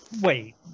Wait